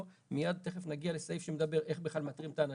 מיד תכף נגיע לסעיף שמדבר איך בכלל מאתרים את האנשים.